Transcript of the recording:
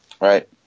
right